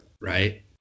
right